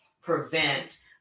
prevent